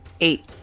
eight